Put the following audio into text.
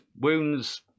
Wounds